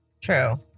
True